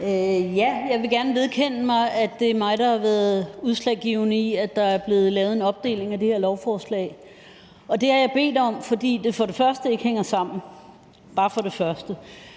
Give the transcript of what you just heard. Jeg vil gerne vedkende mig, at det er mig, der har været udslagsgivende for, at der er blevet lavet en opdeling af det her lovforslag. Det har jeg bedt om, fordi det for det første bare ikke hænger sammen,